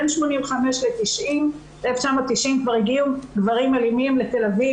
בין 1985 ל-1990 כבר הגיעו גברים אלימים לתל אביב,